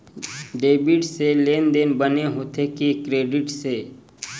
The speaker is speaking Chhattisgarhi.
डेबिट से लेनदेन बने होथे कि क्रेडिट से?